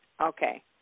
Okay